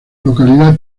localidad